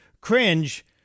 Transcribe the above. Cringe